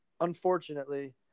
Unfortunately